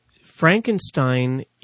Frankenstein